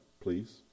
please